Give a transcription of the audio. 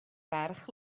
ferch